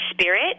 spirit